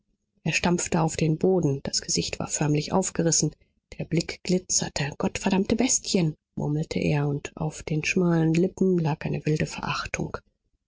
er stampfte auf den boden das gesicht war förmlich aufgerissen der blick glitzerte gottverdammte bestien murmelte er und auf den schmalen lippen lag eine wilde verachtung